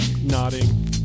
Nodding